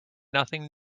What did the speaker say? nothing